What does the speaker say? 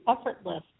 effortless